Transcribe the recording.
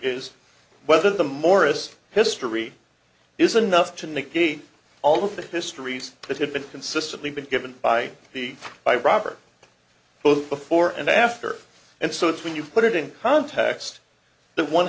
is whether the morris history is enough to negate all of the histories that had been consistently been given by the by robert both before and after and so it's when you put it in context